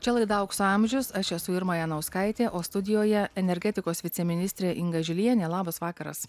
čia laida aukso amžius aš esu irma janauskaitė o studijoje energetikos viceministrė inga žilienė labas vakaras